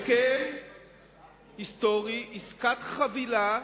הסכם היסטורי, עסקת חבילה,